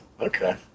Okay